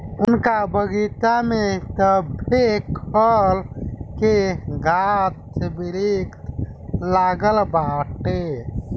उनका बगइचा में सभे खल के गाछ वृक्ष लागल बाटे